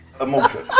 emotion